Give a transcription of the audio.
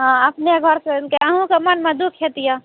हँ अपने घर खोलिके अहाॅंकेॅं मनमे दुःख होइतै